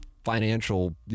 Financial